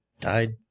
died